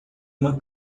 uma